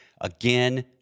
Again